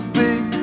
big